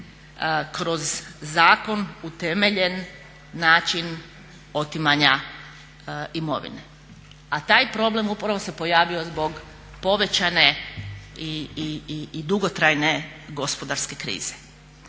kroz zakon utemeljen način otimanja imovine, a taj problem upravo se pojavio zbog povećane i dugotrajne gospodarske krize.